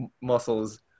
muscles